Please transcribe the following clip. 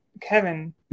Kevin